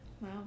Wow